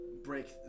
break